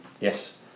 Yes